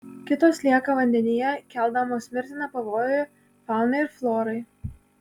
kitos lieka vandenyje keldamos mirtiną pavojų faunai ir florai